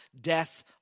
death